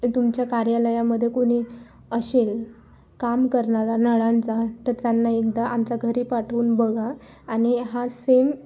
तुमच्या कार्यालयामध्ये कोणी असेल काम करणारा नळांचा तर त्यांना एकदा आमचा घरी पाठवून बघा आणि हा सेम